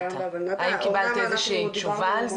האם קיבלת איזושהי תשובה על זה?